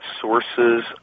sources